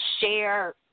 share